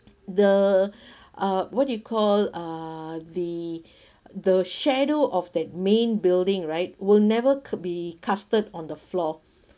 the uh what do you call uh the the shadow of that main building right will never could be casted on the floor